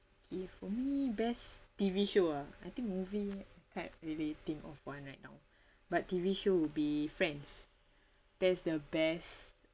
if for me best T_V show ah I think movie can't really think of one right now but T_V show would be friends that is the best